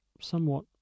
somewhat